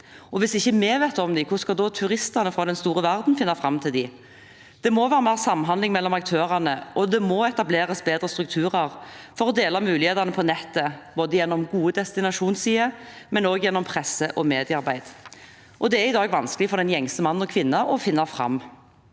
Hvis ikke vi vet om dem, hvordan skal da turistene fra den store verden finne fram til dem? Det må være mer samhandling mellom aktørene, og det må etableres bedre strukturer for å dele informasjon om mulighetene på nettet, både gjennom gode destinasjonssider og også gjennom presse- og mediearbeid. Det er i dag vanskelig for den gjengse mann og kvinne å finne fram.